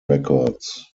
records